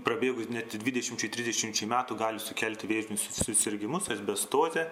prabėgus net dvidešimčiai trisdešimčiai metų gali sukelti vėžinius susirgimus asbestozę